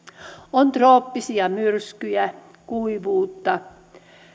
on trooppisia myrskyjä kuivuutta